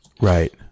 Right